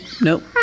Nope